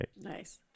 nice